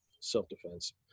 self-defense